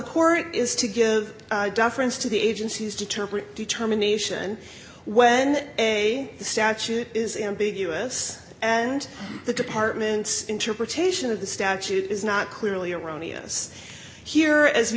corps is to give deference to the agency's deterrent determination when a statute is ambiguous and the department's interpretation of the statute is not clearly erroneous here as we